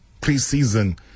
preseason